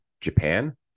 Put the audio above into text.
Japan